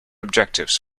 objectives